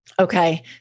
Okay